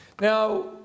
Now